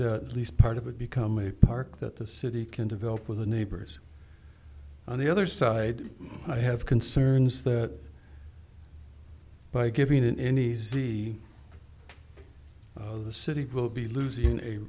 the least part of it become a park that the city can develop with the neighbors on the other side i have concerns that by giving any z oh the city will be losing a